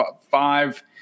five